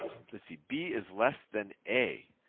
let's see, b is less than a.